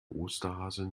osterhasen